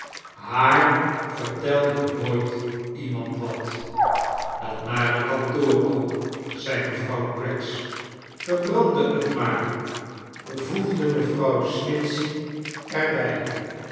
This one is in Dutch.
haar vertelde nooit iemand wat dat nare kantoor ook zei mevrouw craggs verbrandde het maar voegde mevrouw snitchey er bij